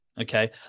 okay